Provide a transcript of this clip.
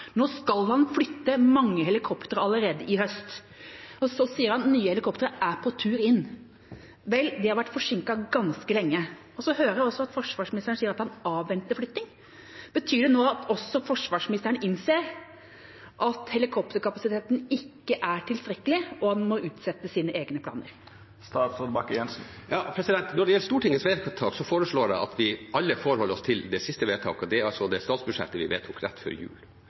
Nå skal man flytte mange helikoptre allerede til høsten, og så sier han at nye helikoptre er på tur inn. Vel, de har vært forsinket ganske lenge. Og så hører vi at forsvarsministeren sier at han avventer flytting. Betyr det at også forsvarsministeren innser at helikopterkapasiteten ikke er tilstrekkelig, og at han må utsette sine egne planer? Når det gjelder Stortingets vedtak, foreslår jeg at vi alle forholder oss til det siste vedtaket, og det er det statsbudsjettet vi vedtok rett før jul.